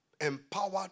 Empowered